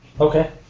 Okay